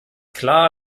klar